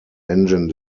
engine